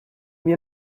wir